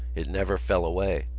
it never fell away.